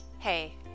Hey